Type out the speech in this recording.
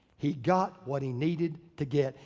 he got what he needed to get,